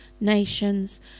nations